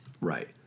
Right